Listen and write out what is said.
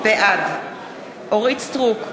בעד אורית סטרוק,